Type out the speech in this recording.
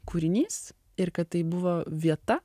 kūrinys ir kad tai buvo vieta